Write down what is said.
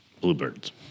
bluebirds